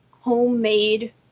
homemade